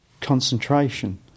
concentration